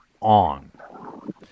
on